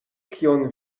kion